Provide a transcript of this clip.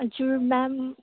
हजुर म्याम